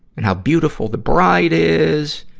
and how beautiful the bride is,